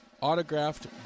Autographed